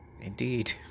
indeed